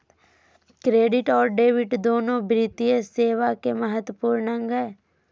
credit और debit दोनो वित्तीय सेवा के महत्त्वपूर्ण अंग हय